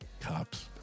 Cops